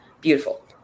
beautiful